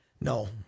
No